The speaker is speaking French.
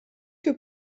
que